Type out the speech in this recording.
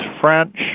French